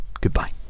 Goodbye